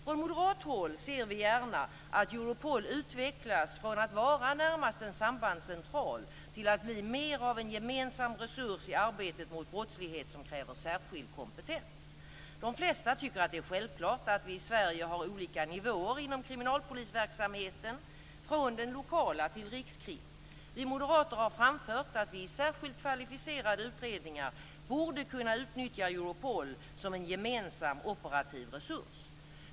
Från moderat håll ser vi gärna att Europol utvecklas från att vara närmast en sambandscentral till att bli mer av en gemensam resurs i arbetet mot brottslighet som kräver särskild kompetens. De flesta tycker att det är självklart att vi i Sverige har olika nivåer inom kriminalpolisverksamheten, från den lokala nivån till rikskrim. Moderaterna har framfört att vi i särskilt kvalificerade utredningar borde kunna utnyttja Europol som en gemensam operativ resurs.